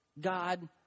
God